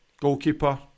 goalkeeper